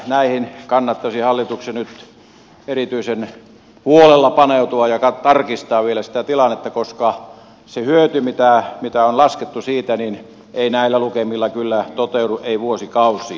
näihin kannattaisi hallituksen nyt erityisen huolella paneutua ja tarkistaa vielä sitä tilannetta koska se hyöty mitä on laskettu siitä ei näillä lukemilla kyllä toteudu ei vuosikausiin